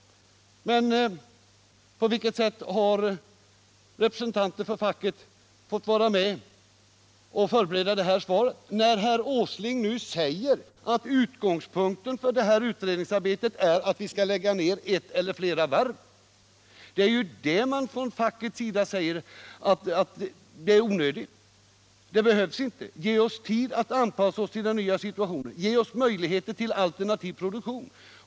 Men på vilket sätt har representanter för facket fått vara med när det gällt att förbereda svaret på min fråga? Herr Åsling säger nu att utgångspunkten för utredningsarbetet är att vi skall lägga ned ett eller flera varv, och det är det som man på fackligt håll hävdar är onödigt. Man säger där i stället: Ge oss tid att anpassa oss till den nya situationen och utarbeta möjligheter till alternativ produktion!